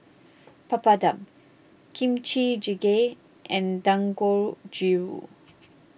Papadum Kimchi Jjigae and Dangojiru